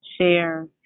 share